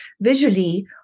visually